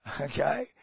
Okay